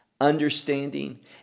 understanding